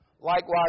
Likewise